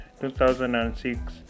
2006